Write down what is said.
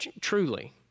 truly